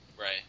Right